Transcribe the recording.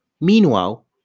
Meanwhile